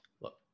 Look